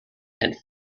and